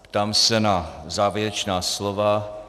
Ptám se na závěrečná slova.